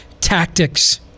tactics